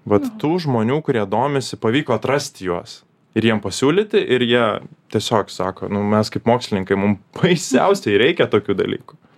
vat tų žmonių kurie domisi pavyko atrasti juos ir jiem pasiūlyti ir jie tiesiog sako nu mes kaip mokslininkai mum baisiausiai reikia tokių dalykų